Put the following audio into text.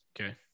Okay